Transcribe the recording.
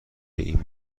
این